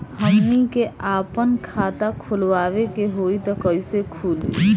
हमनी के आापन खाता खोलवावे के होइ त कइसे खुली